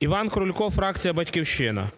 Іван Крулько, фракція "Батьківщина".